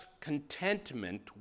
contentment